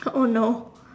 oh no